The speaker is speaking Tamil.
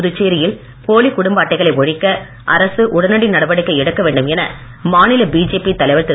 புதுச்சேரியில் போலி குடும்ப அட்டைகளை ஒழிக்க அரசு உடனடி நடவடிக்கை எடுக்க வேண்டும் என மாநில பிஜேபி தலைவர் திரு